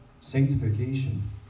sanctification